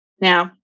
Now